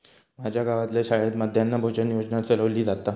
माज्या गावातल्या शाळेत मध्यान्न भोजन योजना चलवली जाता